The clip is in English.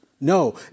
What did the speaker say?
No